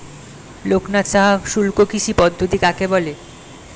লোকনাথ সাহা শুষ্ককৃষি পদ্ধতি কাকে বলে?